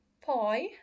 poi